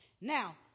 Now